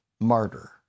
martyr